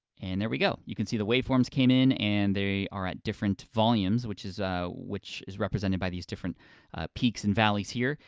and there we go. you can see the waveform it came in, and they are at different volumes, which is which is represented by these different peaks and valleys here,